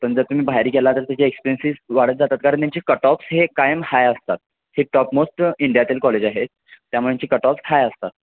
पण जर तुम्ही बाहेर गेला तर त्याचे एक्सपेन्सेस वाढत जातं कारण त्यांचे कटऑप्स हे कायम हाय असतात हे टॉपमोस्ट इंडियातील कॉलेज आहेत त्यामुळेचे कटऑफ्स हाय असतात